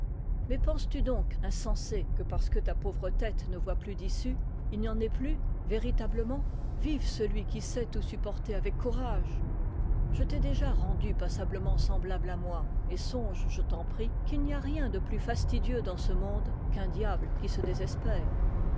mais penses-tu donc insensé que parce que ta pauvre tête ne voit a plus d'issue il n'y en ait plus véritablement f vive celui qui sait tout supporter avec courage je t'ai déjà rendu passablement semblable à moi et songe je t'en prie qu'il n'y a rien de plus fastidieux dans ce monde qu'un diable qui se désespère